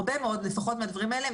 הרבה מאוד מהדברים האלה,